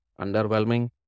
underwhelming